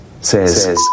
says